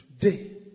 today